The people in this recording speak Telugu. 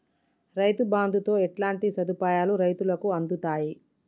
రైతు బంధుతో ఎట్లాంటి సదుపాయాలు రైతులకి అందుతయి?